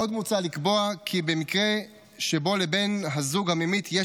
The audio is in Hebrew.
עוד מוצע לקבוע כי במקרה שלבן הזוג הממית יש